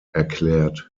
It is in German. erklärt